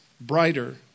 brighter